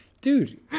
Dude